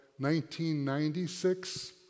1996